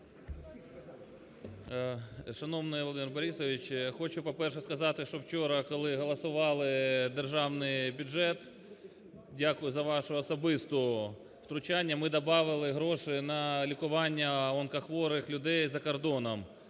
Шановний Володимир Борисович! Хочу, по-перше, сказати, що вчора коли голосували державний бюджет, дякую за ваше особисте втручання, ми добавили гроші на лікування онкохворих людей за кордоном